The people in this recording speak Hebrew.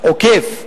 עוקף כזה,